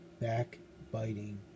backbiting